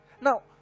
Now